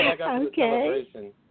Okay